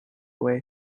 way